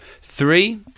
three